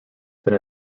than